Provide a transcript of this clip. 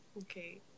Okay